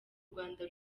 rwanda